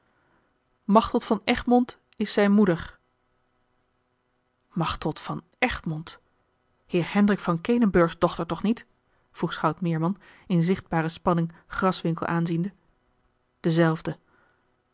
machteld van egmond is zijne moeder achteld van egmond heer hendrik van kenenburgs dochter toch niet vroeg schout meerman in zichtbare spanning graswinckel aanziende